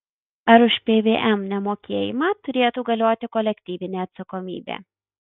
ar už pvm nemokėjimą turėtų galioti kolektyvinė atsakomybė